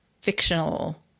fictional